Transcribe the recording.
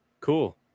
Cool